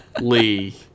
Lee